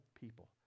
people